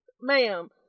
Ma'am